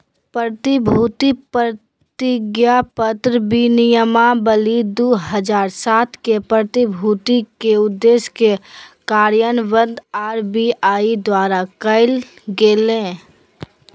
प्रतिभूति प्रतिज्ञापत्र विनियमावली दू हज़ार सात के, प्रतिभूति के उद्देश्य के कार्यान्वित आर.बी.आई द्वारा कायल गेलय